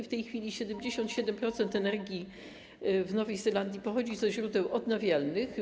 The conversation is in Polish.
W tej chwili 77% energii w Nowej Zelandii pochodzi ze źródeł odnawialnych.